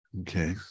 okay